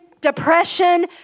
depression